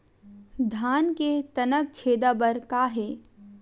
धान के तनक छेदा बर का हे?